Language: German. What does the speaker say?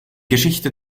geschichte